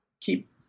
keep